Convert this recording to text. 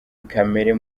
kamera